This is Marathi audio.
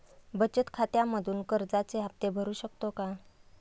बचत खात्यामधून कर्जाचे हफ्ते भरू शकतो का?